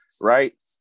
Right